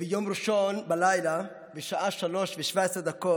ביום ראשון בלילה, בשעה 03:17,